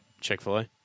Chick-fil-A